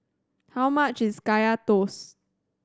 how much is Kaya Toast